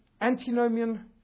antinomian